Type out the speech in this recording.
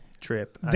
trip